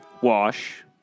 wash